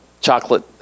chocolate